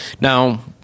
Now